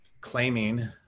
claiming